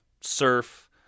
surf